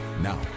Now